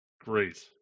Great